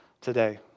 today